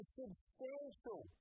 substantial